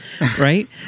right